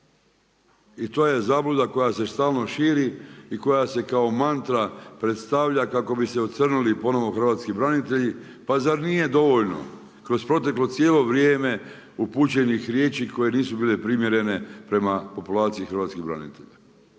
I to je zabluda koja ste stalno širi i koja se kao mantra predstavlja kako bi se ocrnili ponovno hrvatski branitelji. Pa zar nije dovoljno kroz proteklo cijelo vrijeme upućenih riječi koje nisu bile primjerene prema populaciji hrvatskih branitelja?